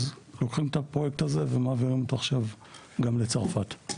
אז לוקחים את הפרויקט הזה ומעבירים אותו עכשיו גם לצרפת.